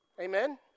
Amen